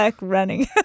running